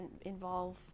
involve